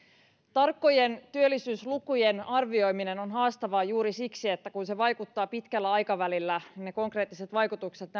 tarkkojen työllisyyslukujen arvioiminen on haastavaa juuri siksi että se vaikuttaa pitkällä aikavälillä ja myöskin ne konkreettiset vaikutukset